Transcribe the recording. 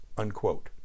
Unquote